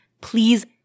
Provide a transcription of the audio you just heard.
please